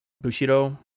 Bushido